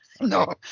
No